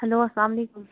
hello اَسلام علیکُم